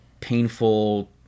painful